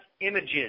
images